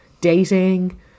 dating